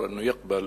גם לעצמי.